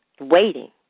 waiting